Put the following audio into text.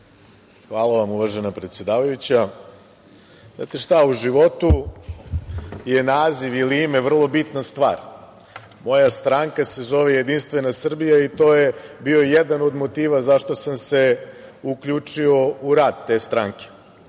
Hvala vam uvažena predsedavajuća. Znate šta, u životu je naziv ili ime vrlo bitna stvar. Moja stranka se zove Jedinstvena Srbija i to je bio jedan od motiva zašto sam se uključio u rad te stranke. Zakon